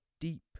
deep